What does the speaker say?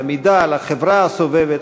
למידע ולחברה הסובבת,